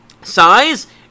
size